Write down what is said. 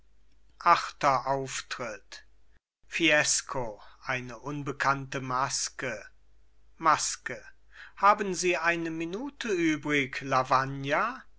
achter auftritt fiesco eine unbekannte maske maske haben sie eine minute übrig lavagna